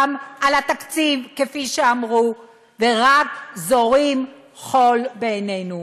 גם על התקציב כפי שאמרו, ורק זורים חול בעינינו.